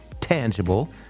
tangible